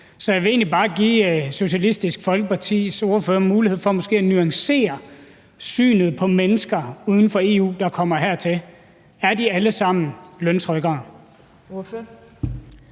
Så jeg vil egentlig bare give Socialistisk Folkepartis ordfører en mulighed for måske at nuancere synet på mennesker uden for EU, der kommer hertil. Er de alle sammen løntrykkere?